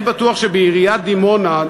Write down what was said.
אני בטוח שבעיריית דימונה,